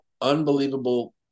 unbelievable